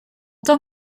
tant